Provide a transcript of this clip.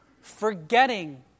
forgetting